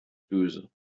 böse